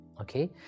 Okay